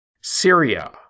Syria